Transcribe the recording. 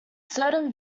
certain